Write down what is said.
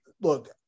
look